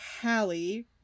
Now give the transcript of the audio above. Hallie